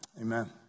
Amen